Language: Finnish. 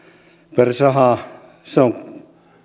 per saha se on